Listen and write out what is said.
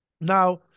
Now